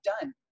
done